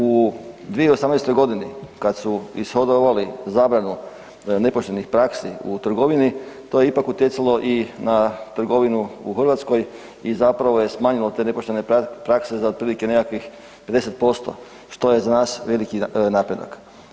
U 2018. godini kada su ishodovali zabranu nepoštenih praksi u trgovini to je ipak utjecalo i na trgovinu u Hrvatskoj i zapravo je smanjilo te nepoštene prakse za otprilike nekakvih 50%, što je za nas veliki napredak.